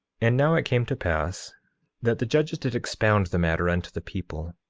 and now it came to pass that the judges did expound the matter unto the people,